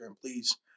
please